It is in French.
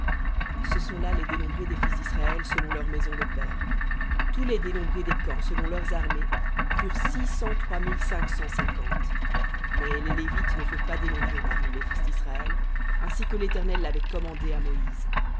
ce sont là les dénombrés des fils d'israël selon leurs maisons de pères tous les dénombrés des camps selon leurs armées furent six cent trois mille cinq cent cinquante mais les lévites ne furent pas dénombrés parmi les fils d'israël ainsi que l'éternel l'avait commandé à moïse